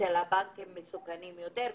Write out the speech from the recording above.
אצל הבנקים מסוכנים יותר.